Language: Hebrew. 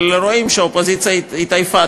אבל רואים שהאופוזיציה התעייפה.